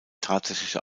tatsächliche